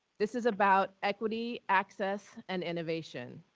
this is about equity, access, and innovation.